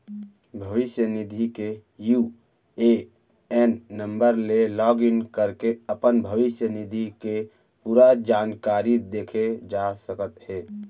भविस्य निधि के यू.ए.एन नंबर ले लॉगिन करके अपन भविस्य निधि के पूरा जानकारी देखे जा सकत हे